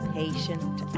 patient